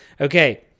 Okay